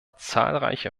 zahlreiche